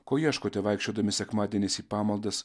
ko ieškote vaikščiodami sekmadieniais į pamaldas